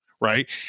right